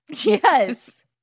Yes